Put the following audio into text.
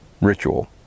ritual